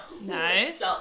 Nice